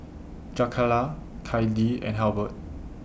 Jakayla Clydie and Halbert